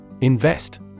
Invest